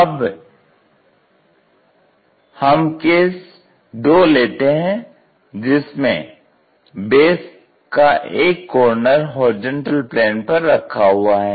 अब हम के केस 2 लेते हैं जिसमें बेस का एक कॉर्नर HP पर रखा हुआ है